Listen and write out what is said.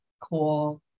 cool